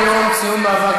אבל אין פה מציע, לא.